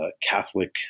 Catholic